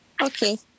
Okay